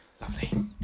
Lovely